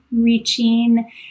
reaching